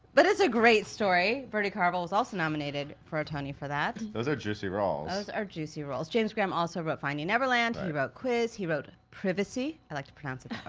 but it's a great story. bertie carvel was also nominated for a tony for that. those are juicy roles. those are juicy roles. james graham also wrote finding neverland. he wrote quiz. he wrote privacy. i like to pronounce it